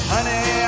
Honey